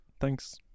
thanks